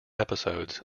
episodes